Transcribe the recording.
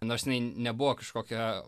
nors nebuvo kažkokia